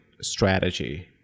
strategy